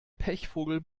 pechvogel